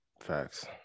Facts